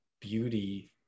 beauty